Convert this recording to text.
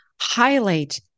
highlight